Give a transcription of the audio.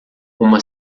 uma